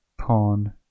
pawn